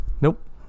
nope